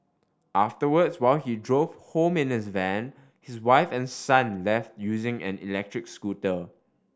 afterwards while he drove home in his van his wife and son left using an electric scooter